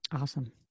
Awesome